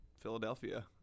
Philadelphia